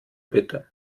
bitte